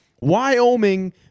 Wyoming